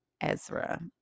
Ezra